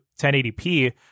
1080p